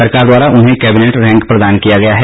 सरकार द्वारा उन्हें केबिनेट रैंक प्रदान किया गया है